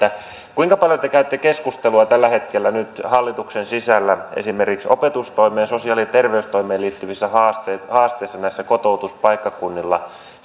kuinka paljon te käytte keskustelua tällä hetkellä nyt hallituksen sisällä esimerkiksi opetustoimeen sosiaali ja terveystoimeen liittyvistä haasteista haasteista näillä kotoutuspaikkakunnilla